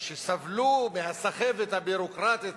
שסבלו מהסחבת הביורוקרטית